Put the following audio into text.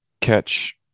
catch